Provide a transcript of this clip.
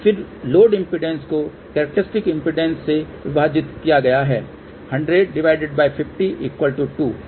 फिर load impedance को characteristic impedance से विभाजित किया गया वह है 10050 2